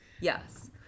Yes